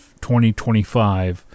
2025